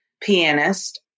pianist